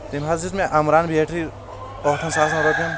تٔمۍ گوٚوس دِژ مےٚ امران بیٹری ٲٹھن ساسن رۄپٮ۪ن